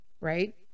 right